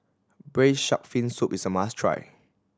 Braised Shark Fin Soup is a must try